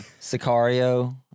Sicario